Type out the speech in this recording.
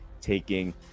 taking